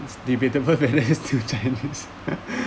debatable to chinese